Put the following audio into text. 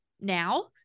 now